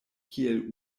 kiel